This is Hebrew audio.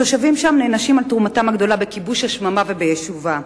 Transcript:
התושבים שם נענשים על תרומתם הגדולה לכיבוש השממה וליישובה.